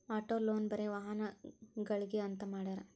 auto loan ಬರೆ ವಾಹನಗ್ಳಿಗೆ ಅಂತ್ ಮಾಡ್ಯಾರ